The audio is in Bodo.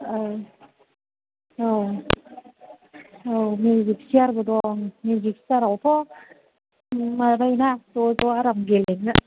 औ औ मिउजिक चियारबो दं मिउजिक चियारआवथ' माबायो ना ज' ज' आराम गेलेनो